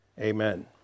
Amen